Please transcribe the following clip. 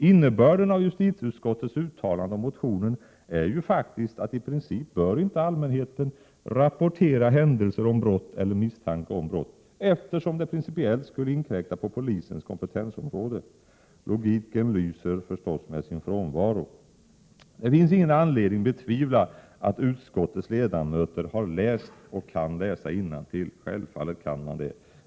Innebörden av justitieutskottets uttalanden om motionen är faktiskt att i princip bör inte allmänheten ”rapportera händelser om brott eller misstanke om brott”, eftersom det principiellt skulle inkräkta på polisens kompetensområde. Logiken lyser förstås med sin frånvaro. Det finns ingen anledning betvivla att utskottets ledamöter kan läsa och har läst innantill.